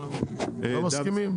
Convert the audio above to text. לא מסכימים?